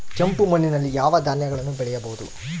ಕೆಂಪು ಮಣ್ಣಲ್ಲಿ ಯಾವ ಧಾನ್ಯಗಳನ್ನು ಬೆಳೆಯಬಹುದು?